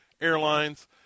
Airlines